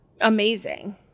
amazing